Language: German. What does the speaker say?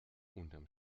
unterm